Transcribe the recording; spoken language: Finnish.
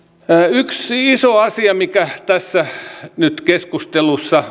yksi iso asia mikä tässä nyt keskustelussa